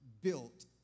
built